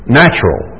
natural